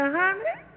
honey